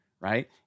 right